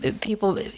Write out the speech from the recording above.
people